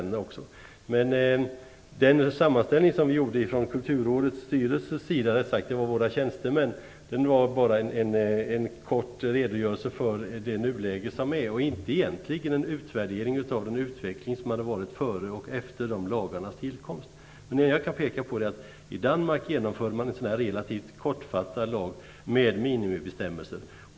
Den sammanställning som tjänstemän i Kulturrådets styrelse gjorde var bara en kort redogörelse för nuläget. Det var egentligen inte en utvärdering av utvecklingen före och efter lagarnas tillkomst. Det jag kan peka på är att man i Danmark genomförde en relativt kortfattad lag, med minimibestämmelser.